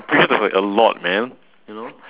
okay that's like a lot man you know